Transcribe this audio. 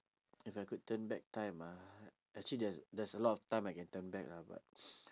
if I could turn back time ah actually there's there's a lot of time I can turn back ah but